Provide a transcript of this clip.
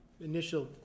initial